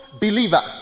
believer